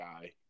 guy